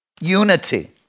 Unity